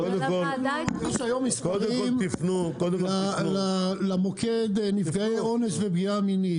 יש היום מספרים למוקד נפגעי אונס ופגיעה מינית,